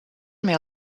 may